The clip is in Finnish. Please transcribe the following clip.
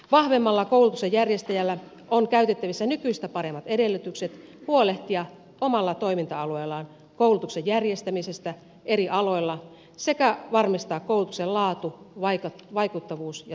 vahvemmilla koulutuksen järjestäjillä on käytettävissä nykyistä paremmat edellytykset huolehtia omalla toiminta alueellaan koulutuksen järjestämisestä eri aloilla sekä varmistaa koulutuksen laatu vaikuttavuus ja saatavuus